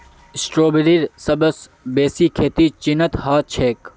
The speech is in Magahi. स्ट्रॉबेरीर सबस बेसी खेती चीनत ह छेक